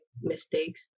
mistakes